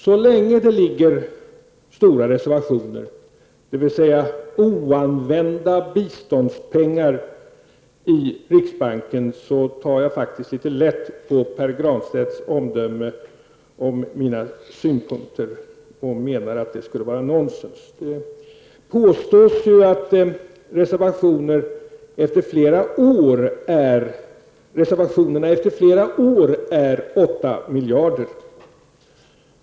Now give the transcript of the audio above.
Så länge det ligger stora reservationer, dvs. oanvända biståndspengar, i riksbanken tar jag faktiskt lätt på Pär Granstedts omdöme om att mina synpunkter skulle utgöra nonsens. Det påstås att reservationerna efter flera år är 8 miljarder kronor.